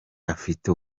afite